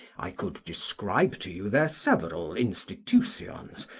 i could describe to you their several institutions,